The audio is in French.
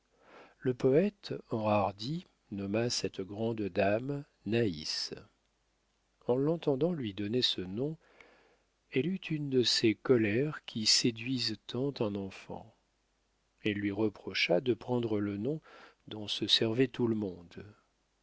le poète enhardi nomma cette grande dame naïs en l'entendant lui donner ce nom elle eut une de ces colères qui séduisent tant un enfant elle lui reprocha de prendre le nom dont se servait tout le monde